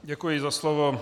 Děkuji za slovo.